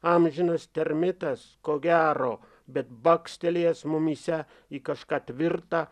amžinas termitas ko gero bet bakstelėjęs mumyse į kažką tvirtą